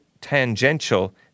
tangential